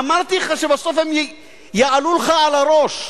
אמרתי לך שבסוף הם יעלו לך על הראש,